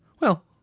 well,